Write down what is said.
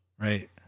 right